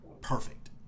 perfect